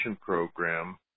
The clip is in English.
program